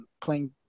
Playing